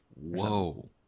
Whoa